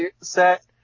set